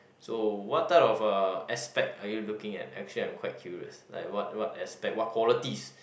so what type of uh aspect are you looking at actually I'm quite curious like what what aspect what qualities